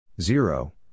Zero